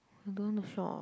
I don't want to shop